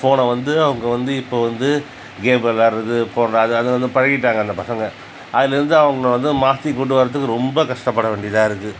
ஃபோனை வந்து அவங்க வந்து இப்போ வந்து கேம் விளையாட்றது போன்ற அது அதுலயிருந்து பழகிவிட்டாங்க அந்த பசங்க அதுலயிருந்து அவங்கள வந்து மாற்றிக் கொண்டுவர்றதுக்கு ரொம்ப கஷ்டப்பட வேண்டியதாக இருக்கு